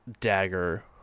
dagger